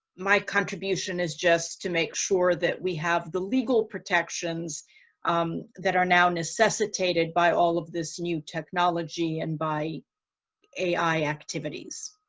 my contribution is just to make sure that we have the legal protections um that are now necessitated by all of this new technology and by ai activities.